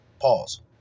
Pause